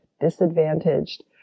disadvantaged